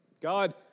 God